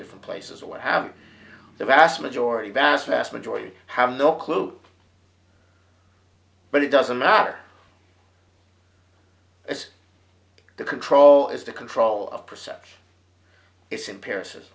different places or what have the vast majority vast vast majority have no clue but it doesn't matter as the control is the control of perception it's in pear